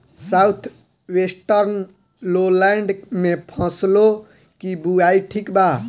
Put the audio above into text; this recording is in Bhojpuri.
साउथ वेस्टर्न लोलैंड में फसलों की बुवाई ठीक बा?